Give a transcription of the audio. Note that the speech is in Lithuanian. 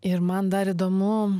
ir man dar įdomu